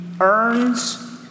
earns